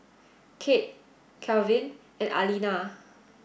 Cade Kalvin and Aleena